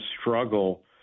struggle